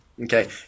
Okay